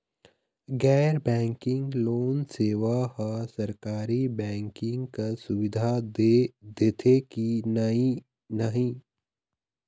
गैर banking loan सेवा हा सरकारी बैंकिंग कस सुविधा दे देथे कि नई नहीं?